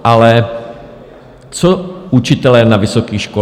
Ale co učitelé na vysokých školách?